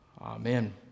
Amen